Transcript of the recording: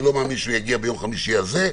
אני לא מאמין שיגיע ביום חמישי הזה.